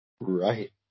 Right